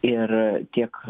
ir tiek